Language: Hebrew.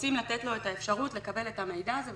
ורוצים לתת לו את האפשרות לקבל את המידע הזה,